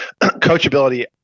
coachability